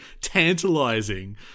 tantalizing